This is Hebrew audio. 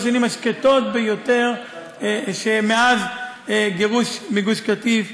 השנים השקטות ביותר מאז הגירוש מגוש קטיף,